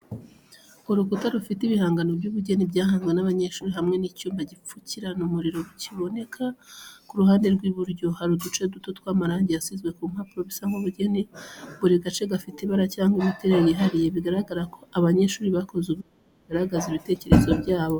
Urukuta rufite ibihangano by’ubugeni byahanzwe n’abanyeshuri, hamwe n’icyuma gipfukirana umuriro kiboneka ku ruhande rw’iburyo. Hari uduce duto tw’amarangi yasizwe ku mpapuro bisa nk’ubugeni, buri gace gafite ibara cyangwa imiterere yihariye, bigaragaza ko aba banyeshuri bakoze ubugeni bugaragaza ibitekerezo byabo.